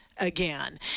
again